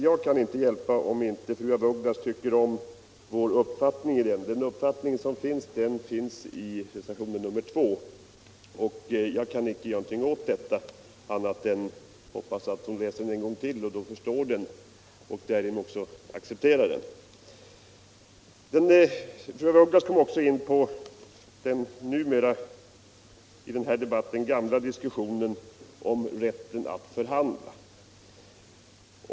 Jag kan inte hjälpa om inte fru af Ugglas tycker om vår uppfattning i sakfrågan. Vår uppfattning framgår f. ö. av reservationen 2. Jag hoppas att hon läser den en gång till och då förstår den och därigenom också accepterar den. Fru af Ugglas kom också in på den numera i den här debatten gamla frågan om rätten att förhandla.